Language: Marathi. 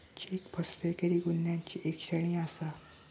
चेक फसवेगिरी गुन्ह्यांची एक श्रेणी आसा